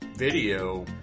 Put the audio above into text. Video